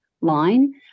line